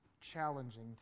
challenging